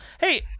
Hey